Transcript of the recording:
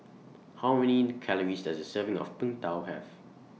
How Many Calories Does A Serving of Png Tao Have